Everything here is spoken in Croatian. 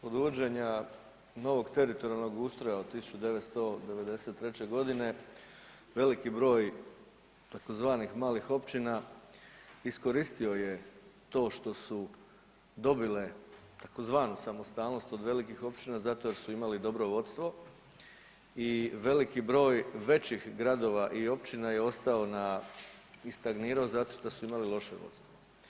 Kod uvođenja novog teritorijalnog ustroja od 1993. godine veliki broj tzv. malih općina iskoristio je to što su dobile tzv. samostalnost od velikih općina zato što su imale dobro vodstvo i veliki broj većih gradova i općina je ostao na i stagnirao zato što su imali loše vodstvo.